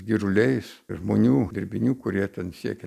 giruliais žmonių dirbinių kurie ten siekia